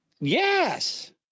Yes